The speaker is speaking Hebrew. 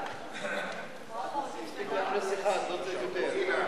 אתם מסכימים, כך סיכמנו,